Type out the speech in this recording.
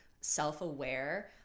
self-aware